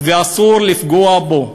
ואסור לפגוע בו.